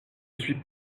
suis